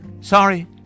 sorry